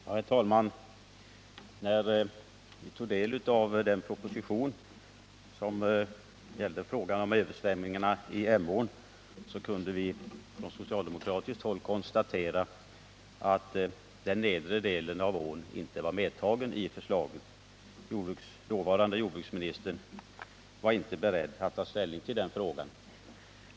Herr talman! När vi studerade den proposition som behandlar frågan om översvämningarna i Emån kunde vi på socialdemokratiskt håll konstatera att åtgärder beträffande nedre delen av ån inte var medtagna i förslagen. Den dåvarande jordbruksministern var inte beredd att ta ställning till den frågan.